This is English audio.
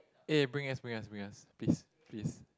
eh bring us bring us bring us please please